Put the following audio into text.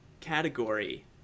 category